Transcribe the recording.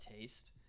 taste